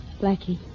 Blackie